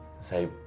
Say